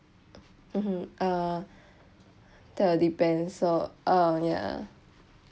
mmhmm uh that will depend so uh ya